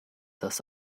das